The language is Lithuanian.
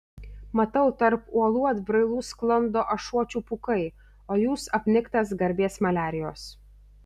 matau tarp uolų atbrailų sklando ašuočių pūkai o jūs apniktas garbės maliarijos